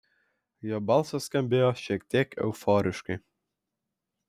jo balsas skambėjo šiek tiek euforiškai